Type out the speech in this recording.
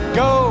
go